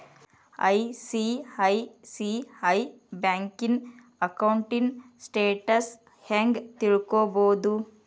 ICICI ಬ್ಯಂಕಿನ ಅಕೌಂಟಿನ್ status ಹೆಂಗ್ ತಿಳ್ಕೊಬೊದು?